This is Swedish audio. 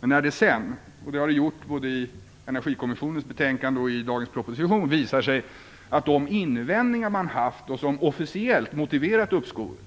Men när det sedan visar sig, och det har det gjort både i Energikommissionens betänkande och i dagens proposition, att de invändningar som man haft och som officiellt motiverat uppskovet